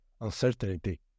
uncertainty